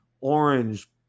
orange